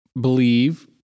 believe